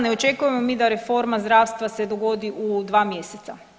Ne očekujemo mi da reforma zdravstva se dogodi u dva mjeseca.